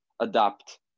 adapt